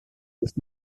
ist